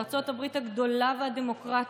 בארצות הברית הגדולה והדמוקרטית,